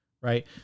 Right